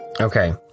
Okay